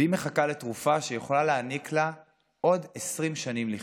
והיא מחכה לתרופה שיכולה להעניק לה עוד 20 שנים לחיות.